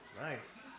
nice